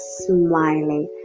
smiling